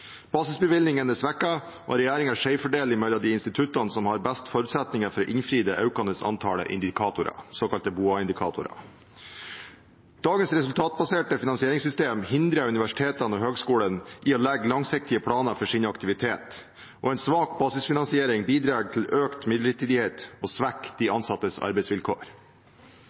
er svekket, og regjeringen skjevfordeler mellom de instituttene som har best forutsetninger for å innfri det økende antallet indikatorer, såkalte BOA-indikatorer. Dagens resultatbaserte finansieringssystem hindrer universitetene og høyskolene i å legge langsiktige planer for sin aktivitet, og en svak basisfinansiering bidrar til økt midlertidighet og svekker de ansattes arbeidsvilkår.